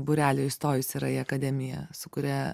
būrelio įstojus yra į akademiją su kuria